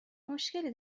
مشکلی